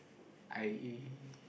I